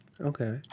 Okay